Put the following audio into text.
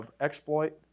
exploit